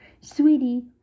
Sweetie